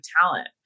talent